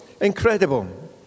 Incredible